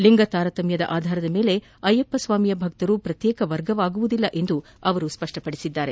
ಲಿಂಗತಾರತಮ್ನದ ಆಧಾರದ ಮೇಲೆ ಅಯ್ಯಪ್ಪಸ್ವಾಮಿಯ ಭಕ್ತರು ಪ್ರತ್ಯೇಕ ವರ್ಗವಾಗುವುದಿಲ್ಲ ಎಂದು ಅವರು ಹೇಳಿದ್ದಾರೆ